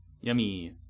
Yummy